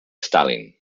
stalin